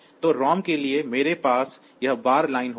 तो ROM के लिए मेरे पास वह बार लाइन होगी